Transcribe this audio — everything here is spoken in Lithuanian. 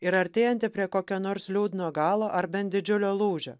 ir artėjanti prie kokio nors liūdno galo ar bent didžiulio lūžio